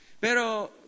Pero